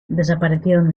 desaparecieron